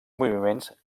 moviments